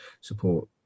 support